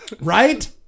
right